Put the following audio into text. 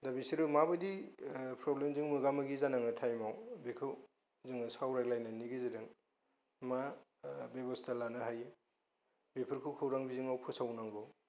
दा बिसोर माबादि प्रब्लेमजों मोगा मोगि जानाङो टाइमाव बेखौ जोङो सावरायलायनायनि गेजेरजों मा बेबस्था लानो हायो बेफोरखौ खौरां बिजोङाव फोसाव नांगौ